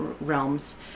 realms